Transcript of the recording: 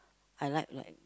I like